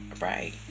Right